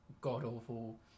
god-awful